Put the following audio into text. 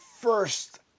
first